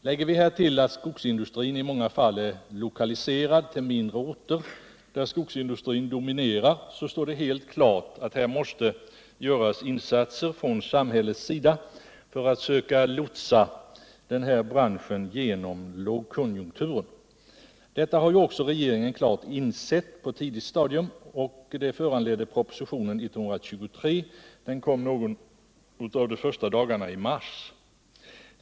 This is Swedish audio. Lägger vi härtill att skogsindustrin i många fall är lokaliserad till mindre orter, där skogsindustrin dominerar, så står det helt klart att här måste göras insatser från samhällets sida för att söka lotsa branschen genom lågkonjunkturen. Detta har ju också regeringen klart insett på tidigt stadium, och det föranledde propositionen nr 123 som kom någon av de första dagarna i mars.